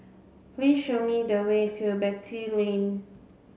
please show me the way to Beatty Lane